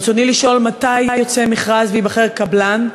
ברצוני לשאול: 1. מתי יוצא מכרז וייבחר קבלן?